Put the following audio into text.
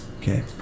Okay